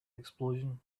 explosion